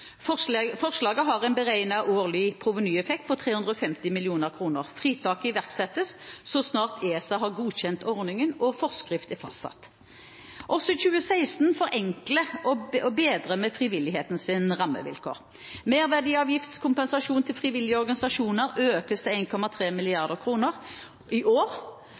Forslaget har en beregnet årlig provenyeffekt på 350 mill. kr. Fritaket iverksettes så snart ESA har godkjent ordningen og forskrift er fastsatt. Også i 2016 forenkler og bedrer vi frivillighetens rammevilkår. Merverdiavgiftskompensasjon til frivillige organisasjoner økes til 1,3 mrd. kr. I år